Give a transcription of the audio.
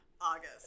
August